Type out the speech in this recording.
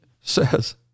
says